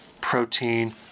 protein